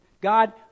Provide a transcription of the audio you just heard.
God